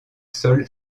sol